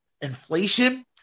inflation